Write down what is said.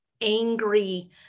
angry